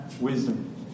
wisdom